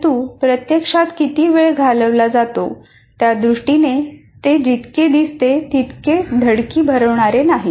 परंतु प्रत्यक्षात किती वेळ घालवला जातो त्या दृष्टीने ते जितके दिसते तितके धडकी भरवणारे नाही